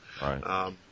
Right